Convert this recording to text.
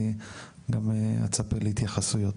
אני גם אצפה להתייחסויות,